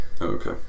Okay